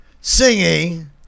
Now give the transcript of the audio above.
singing